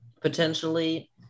potentially